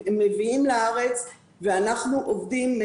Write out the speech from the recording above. מביאים לארץ ואנחנו עובדים,